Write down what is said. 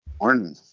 Morning